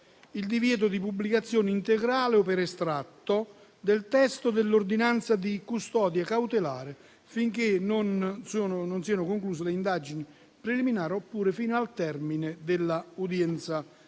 il divieto di pubblicazione integrale o per estratto del testo dell'ordinanza di custodia cautelare finché non siano concluse le indagini preliminari, oppure fino al termine dell'udienza